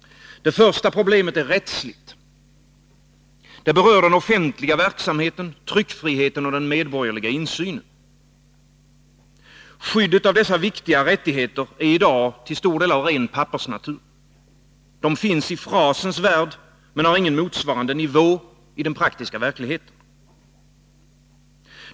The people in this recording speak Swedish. Det första problemet är rättsligt. Det berör den offentliga verksamheten, tryckfriheten och den medborgerliga insynen. Skyddet av dessa viktiga rättigheter är i dag till stor del av ren pappersnatur. Det finns i frasens värld, men har ingen motsvarande nivå i den praktiska verkligheten.